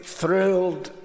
thrilled